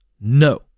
No